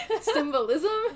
Symbolism